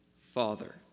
father